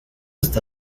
está